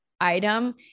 item